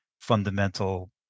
fundamental